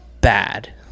bad